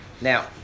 now